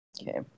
Okay